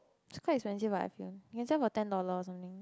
is quite expensive what I feel you can sell for ten dollars I think